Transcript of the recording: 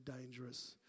dangerous